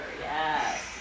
Yes